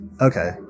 Okay